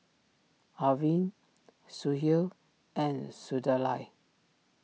Arvind Sudhir and Sunderlal